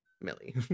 Millie